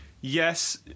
yes